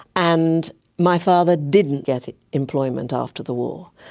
and my father didn't get employment after the war.